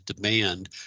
demand